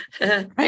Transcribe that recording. Right